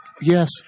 Yes